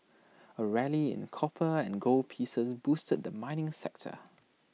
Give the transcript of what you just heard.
A rally in copper and gold pieces boosted the mining sector